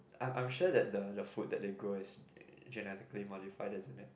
I'm I'm sure that the the the food that they grow is genetically modified isn't it